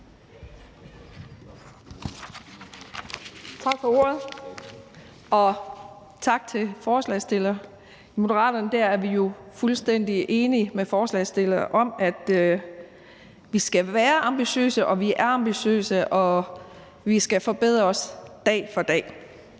Tak for ordet, og tak til forslagsstillerne. I Moderaterne er vi fuldstændig enige med forslagsstillerne om, at vi skal være ambitiøse, og at vi er ambitiøse, og at vi skal forbedre os dag for dag.